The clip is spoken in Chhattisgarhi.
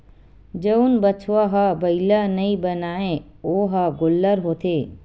जउन बछवा ह बइला नइ बनय ओ ह गोल्लर होथे